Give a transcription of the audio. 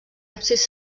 absis